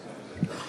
אני מתכבד לפתוח את